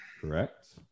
Correct